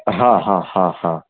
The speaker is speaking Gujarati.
હા હા હા હા